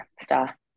star